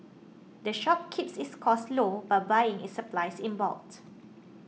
the shop keeps its costs low by buying its supplies in bulk